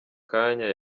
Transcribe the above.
kanya